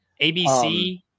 ABC